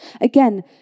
Again